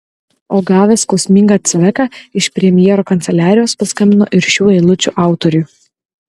o gavęs skausmingą cveką iš premjero kanceliarijos paskambino ir šių eilučių autoriui